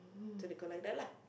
so they collect that lah